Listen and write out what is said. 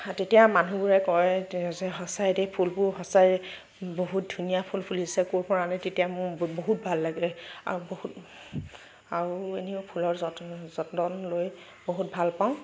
তেতিয়া মানুহবোৰে কয় যে সঁচাই দেই ফুলবোৰ সঁচাই বহুত ধুনীয়া ফুল ফুলিছে ক'ৰ পৰা আনে তেতিয়া মোৰ বহুত ভাল লাগে আৰু বহুত আৰু এনেও ফুলৰ যত্ন যতন লৈ বহুত ভাল পাওঁ